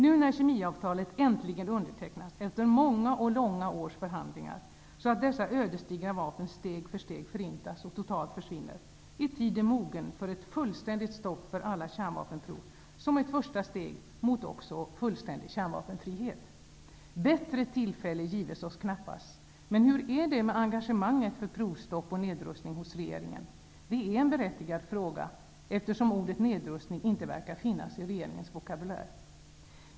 När nu kemiavtalet äntligen undertecknats, efter många och långa års förhandlingar, så att dessa ödesdigra vapen steg för steg förintas och totalt försvinner, är tiden mogen för ett fullständigt stopp för alla kärnvapenprov, som ett första steg mot också fullständig kärnvapenfrihet. Bättre tillfälle gives oss knappast, men hur är det med engagemanget för provstopp och nedrustning hos regeringen? Det är en berättigad fråga, eftersom ordet nedrustning inte verkar finnas i regeringens vokabulär.